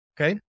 Okay